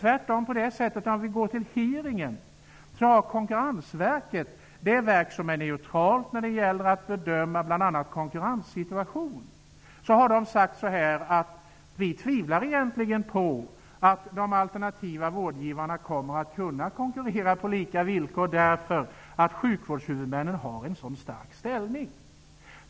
Vid hearingen sade Konkurrensverket -- det verk som är neutralt när det gäller att bedöma bl.a. en konkurrenssituation -- att man egentligen tvivlade på att de alternativa vårdgivarna kommer att kunna konkurrera på lika villkor, därför att sjukvårdshuvudmännen har en så stark ställning.